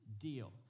deal